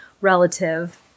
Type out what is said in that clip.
relative